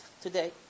today